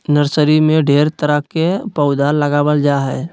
nursery में ढेर तरह के पौधा लगाबल जा हइ